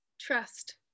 trust